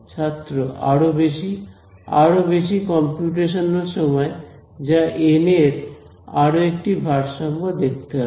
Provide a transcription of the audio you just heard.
ছাত্র আরো বেশি আরো বেশি কম্পিউটেশনাল সময় যা এন এর আরো একটি ভারসাম্য দেখতে হবে